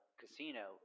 casino